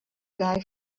guy